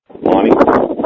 Lonnie